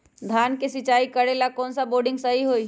धान के सिचाई करे ला कौन सा बोर्डिंग सही होई?